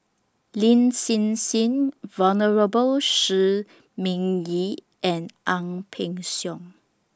Lin Hsin Hsin Venerable Shi Ming Yi and Ang Peng Siong